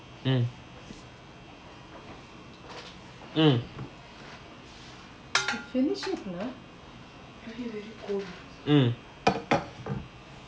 mm mm mm